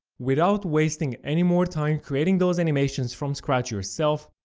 without wasting any more time creating those animations from scratch yourself,